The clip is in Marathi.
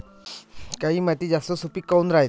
काळी माती जास्त सुपीक काऊन रायते?